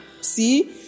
See